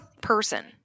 person